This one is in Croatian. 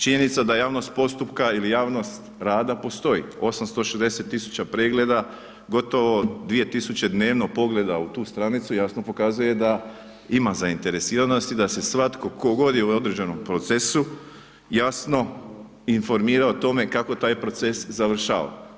Činjenica da javnost postupka ili javnost rada postoji, 860 tisuća pregleda, gotovo 2000 dnevno pogleda u tu stranicu jasno pokazuje da ima zainteresiranosti i da se svatko tko god je u određenom procesu jasno informira o tome kako taj proces završava.